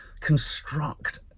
construct